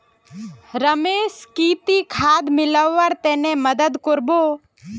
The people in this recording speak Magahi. रमेश की ती खाद मिलव्वार तने मोर मदद कर बो